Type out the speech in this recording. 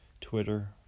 Twitter